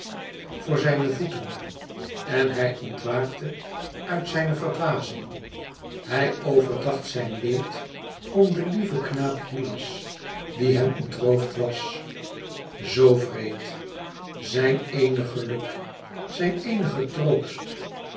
voor zijne voeten en hij ontwaakte uit zijne verdwazing hij overdacht zijn leed om den lieven knaap hylas die hem ontroofd was zoo wreed zijn eenig geluk zijn eenige troost